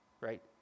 Right